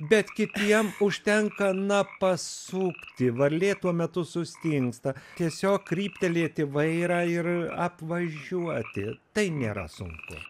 bet kitiem užtenka na pasukti varlė tuo metu sustingsta tiesiog kryptelėti vairą ir apvažiuoti tai nėra sunku